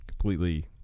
completely